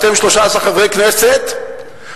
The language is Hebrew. אתם 13 חברי כנסת,